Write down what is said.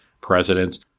presidents